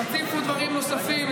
תציפו דברים נוספים,